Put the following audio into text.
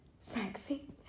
sexy